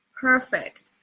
perfect